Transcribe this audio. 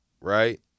right